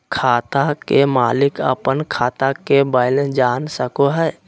खाता के मालिक अपन खाता के बैलेंस जान सको हय